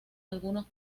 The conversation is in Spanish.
algunos